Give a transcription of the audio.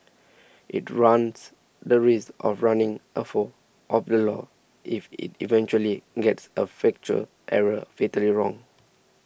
it runs the risk of running afoul of the law if it eventually gets a factual error fatally wrong